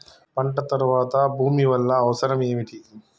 పంట తర్వాత భూమి వల్ల అవసరం ఏమిటి?